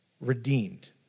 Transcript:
Redeemed